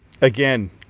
again